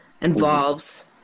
involves